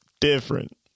different